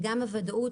גם הוודאות,